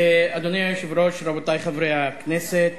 אדוני היושב-ראש, רבותי חברי הכנסת,